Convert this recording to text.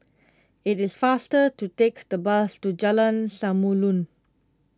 it is faster to take the bus to Jalan Samulun